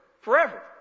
forever